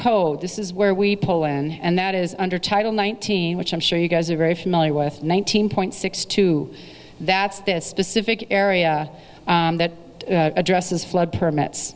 code this is where we pull and that is under title nineteen which i'm sure you guys are very familiar with nineteen point six two that's this specific area that addresses flood permits